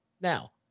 Now